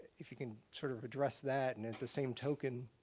if you can sort of address that, and at the same token